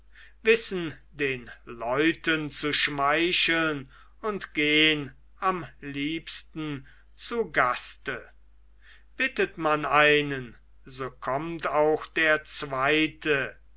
wissen den leuten zu schmeicheln und gehn am liebsten zu gaste bittet man einen so kommt auch der zweite